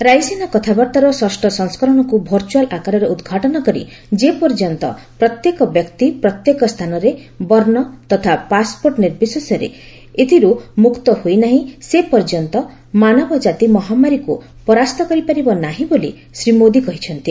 ରାଇସିନା କଥାବାର୍ତ୍ତାର ଷଷ୍ଠ ସଂସ୍କରଣକୁ ଭର୍ଚୁଆଲ୍ ଆକାରରେ ଉଦ୍ଘାଟନ କରି ଶ୍ରୀ ମୋଦୀ କହିଛନ୍ତି ଯେପର୍ଯ୍ୟନ୍ତ ପ୍ରତ୍ୟେକ ବ୍ୟକ୍ତି ପ୍ରତ୍ୟେକ ସ୍ଥାନରେ ବର୍ଣ୍ଣ ତଥା ପାସ୍ପୋର୍ଟ ନିର୍ବିଶେଷରେ ଏଥିରୁ ମୁକ୍ତ ହୋଇନାହିଁ ସେ ପର୍ଯ୍ୟନ୍ତ ମାନବ ଜାତି ମହାମାରୀକୁ ପରାସ୍ତ କରିପାରିବ ନାହିଁ କହିଛନ୍ତି